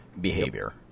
behavior